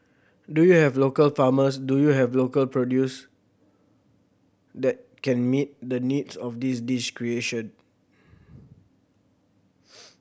do you have local farmers do you have local produce that can meet the needs of this dish creation